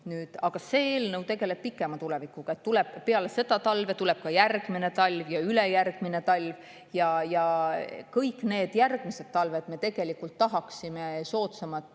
Aga see eelnõu tegeleb kaugema tulevikuga. Peale seda talve tuleb ka järgmine talv ja ülejärgmine talv. Kõik need järgmised talved me tahaksime soodsamat